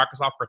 Microsoft